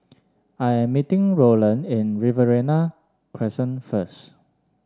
I am meeting Rowland at Riverina Crescent first